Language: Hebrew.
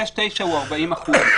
בהתחשב במה שראינו בסופ"ש האחרון.